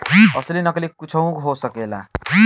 असली नकली कुच्छो हो सकेला